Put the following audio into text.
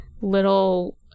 little